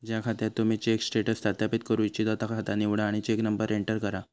ज्या खात्याक तुम्ही चेक स्टेटस सत्यापित करू इच्छिता ता खाता निवडा आणि चेक नंबर एंटर करा